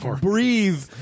breathe